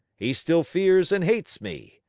he still fears and hates me.